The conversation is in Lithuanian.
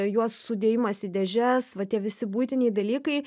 juos sudėjimas į dėžes va tie visi buitiniai dalykai